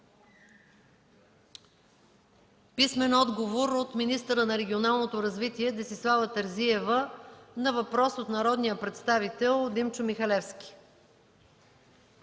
Михалевски; - министъра на регионалното развитие Десислава Терзиева на въпрос от народния представител Димчо Михалевски.